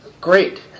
great